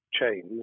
chains